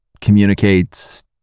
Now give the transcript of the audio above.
communicates